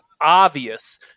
obvious